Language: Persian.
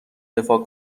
دفاع